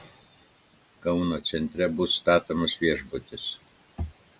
kauno centre bus statomas viešbutis